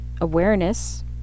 awareness